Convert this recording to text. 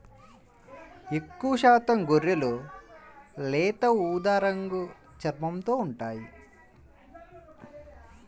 ఎక్కువశాతం గొర్రెలు లేత ఊదా రంగు చర్మంతో ఉంటాయి